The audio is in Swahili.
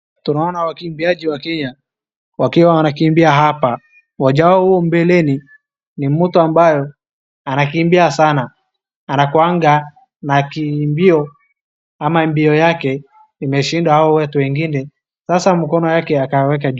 Tunaona wakimbiaji wa Kenya wakiwa wanakimbia hapa, moja wao mbeleni ni mtu ambaye anakimbia sana, anakuwanga na kimbio ama mbio yake imeshinda hao watu wengine, sasa mkono yake akaweka.